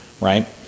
right